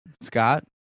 Scott